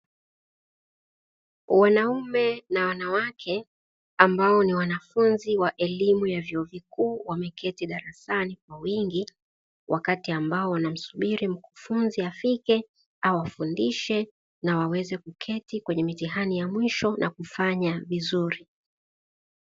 Wanaume na wanawake ambao ni wanafunzi wa elimu ya vyuo vikuu wameketi darasani kwa wingi wakati ambao wanamsubiri mkufunzi afike au afundishe na waweze kuketi kwenye mitihani ya mwisho na kufanya vizuri.